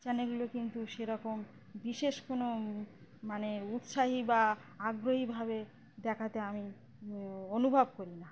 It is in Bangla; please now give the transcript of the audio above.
চ্যানেলগুলো কিন্তু সেরকম বিশেষ কোনো মানে উৎসাহী বা আগ্রহীভাবে দেখাতে আমি অনুভব করি না